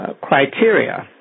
criteria